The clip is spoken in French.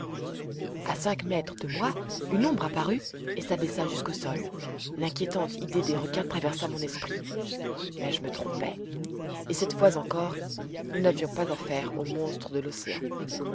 a cinq mètres de moi une ombre apparut et s'abaissa jusqu'au sol l'inquiétante idée des requins traversa mon esprit mais je me trompais et cette fois encore nous n'avions pas affaire aux monstres de l'océan